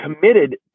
committed